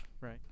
Right